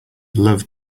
loved